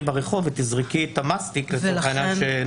ברחוב וזורקת את המסטיק בפח ברחוב.